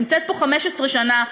נמצאת פה 15 שנה,